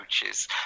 coaches